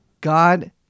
God